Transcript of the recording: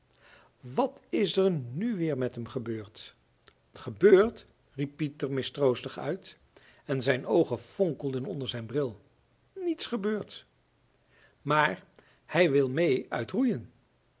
wat is er nu weer met hem gebeurd gebeurd riep pieter mistroostig uit en zijn oogen vonkelden onder zijn bril niets gebeurd maar hij wil mee uit roeien